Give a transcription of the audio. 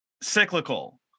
cyclical